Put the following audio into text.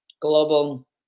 global